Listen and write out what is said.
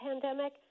pandemic